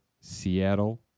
Seattle